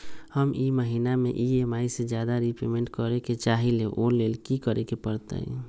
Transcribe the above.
हम ई महिना में ई.एम.आई से ज्यादा रीपेमेंट करे के चाहईले ओ लेल की करे के परतई?